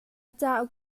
cauk